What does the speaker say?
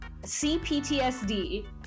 CPTSD